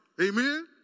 Amen